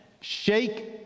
Shake